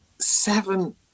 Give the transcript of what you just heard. seven